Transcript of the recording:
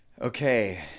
Okay